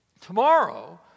Tomorrow